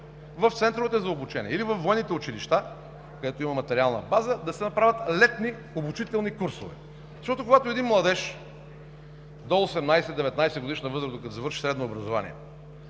в центровете за обучение или във военните училища, където има материална база, да се направят летни обучителни курсове. Когато един младеж до 18-, 19-годишна възраст, докато завърши средното си образование,